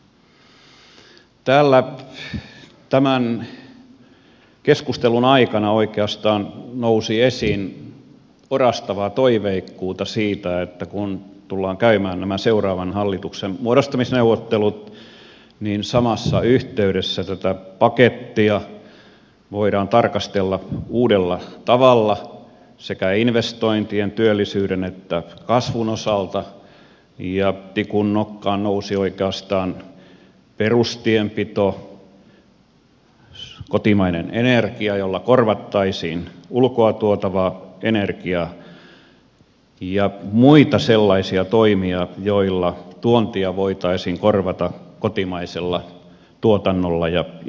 täällä tämän keskustelun aikana oikeastaan nousi esiin orastavaa toiveikkuutta siitä että kun tullaan käymään nämä seuraavan hallituksen muodostamisneuvottelut niin samassa yhteydessä tätä pakettia voidaan tarkastella uudella tavalla sekä investointien työllisyyden että kasvun osalta ja tikun nokkaan nousi oikeastaan perustienpito kotimainen energia jolla korvattaisiin ulkoa tuotavaa energiaa ja muita sellaisia toimia joilla tuontia voitaisiin korvata kotimaisella tuotannolla ja työllä